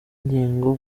ngingo